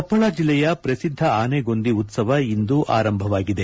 ಕೊಪ್ಪಳ ಜಿಲ್ಲೆಯ ಪ್ರಸಿದ್ದ ಆನೆಗೊಂದಿ ಉತ್ಪವ ಇಂದು ಆರಂಭವಾಗಿದೆ